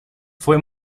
fue